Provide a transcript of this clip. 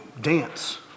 dance